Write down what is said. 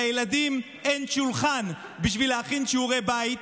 לילדים אין שולחן בשביל להכין שיעורי בית,